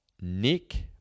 Nick